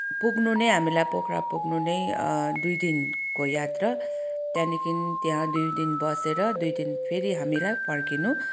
पुग्नु नै हामीलाई पोखरा पुग्नु नै दुई दिनको यात्रा त्यहाँदेखि त्यहाँ दुई दिन बसेर दुई दिन फेरि हामीलाई फर्किनु